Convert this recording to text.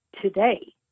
today